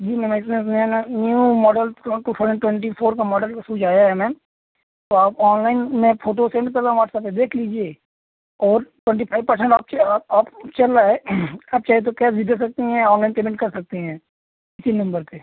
जी ma'am इसमें से नया ना न्यू मॉडल ट्वेंटी फोर का मॉडल का सूज आया है मैम तो आप ऑनलाइन मैं फोटो सेंड कर रहा हूँ वाट्सअप पर देख लीजिए और ट्वेंटी फाइव परसेंट आपसे आफ आफ चल रहा है आप चाहे तो कैसे भी दे सकती हैं ऑनलाइन पेमेंट कर सकती हैं इसी नम्बर पर